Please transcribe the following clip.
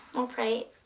we'll pray